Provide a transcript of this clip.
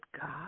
God